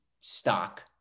stock